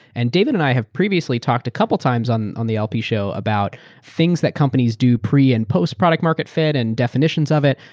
and david and i have previously talked a couple times on on the lp show about things that companies do pre and post-product market fit and definitions of it,